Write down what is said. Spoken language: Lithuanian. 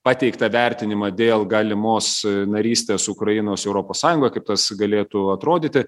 pateiktą vertinimą dėl galimos narystės ukrainos europos sąjungoje kaip tas galėtų atrodyti